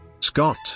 Scott